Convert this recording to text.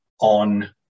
on